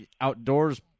outdoors